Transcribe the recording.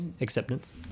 acceptance